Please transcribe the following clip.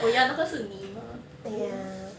oh ya 那个是你 mah